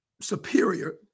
superior